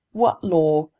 what law?